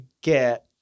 get